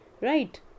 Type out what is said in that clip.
Right